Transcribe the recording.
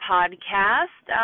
Podcast